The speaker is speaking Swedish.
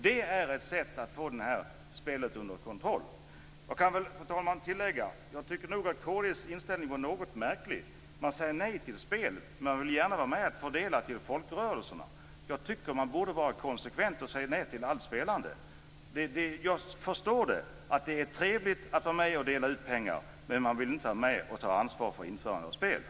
Det är ett sätt att få det här spelet under kontroll. Jag kan tillägga, fru talman, att jag tycker att kd:s inställning är något märklig. Man säger nej till spel men vill gärna vara med och fördela tillstånd till folkrörelserna. Jag tycker att man borde vara konsekvent och säga nej till allt spelande. Jag förstår att det är trevligt att vara med och dela ut pengar, men man vill inte vara med och ta ansvaret för införandet av spelen.